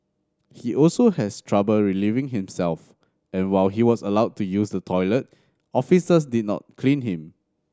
he also has trouble relieving himself and while he was allowed to use the toilet officers did not clean him